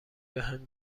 بهم